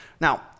Now